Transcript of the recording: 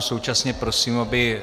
Současně prosím, aby